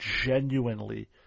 genuinely